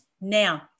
Now